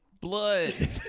blood